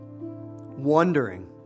Wondering